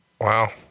Wow